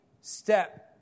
step